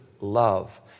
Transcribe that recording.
love